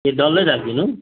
ए डल्लै राखिदिनु